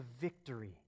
victory